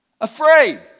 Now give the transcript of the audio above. Afraid